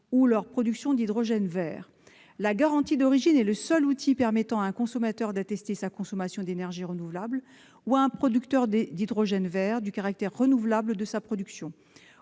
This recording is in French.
ou leur production d'hydrogène vert. La garantie d'origine est le seul outil permettant à un consommateur d'attester sa consommation d'énergie renouvelable ou à un producteur d'hydrogène vert le caractère renouvelable de sa production.